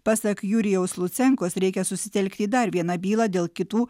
pasak jurijaus lucenkos reikia susitelkti į dar vieną bylą dėl kitų